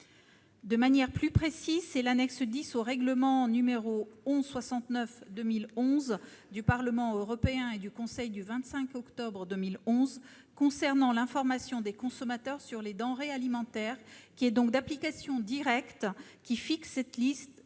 De manière plus précise, c'est l'annexe X au règlement n° 1169-2011 du Parlement européen et du Conseil du 25 octobre 2011 concernant l'information des consommateurs sur les denrées alimentaires, d'application directe, qui fixe cette liste